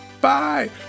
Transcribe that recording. Bye